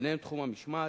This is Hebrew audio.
וביניהם תחום המשמעת.